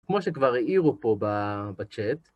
כמו שכבר העירו פה בצ'אט.